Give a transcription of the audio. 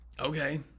Okay